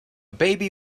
baby